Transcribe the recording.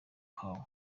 kwawe